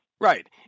Right